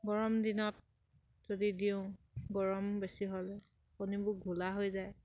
গৰম দিনত যদি দিওঁ গৰম বেছি হ'লে কণীবোৰ ঘোলা হৈ যায়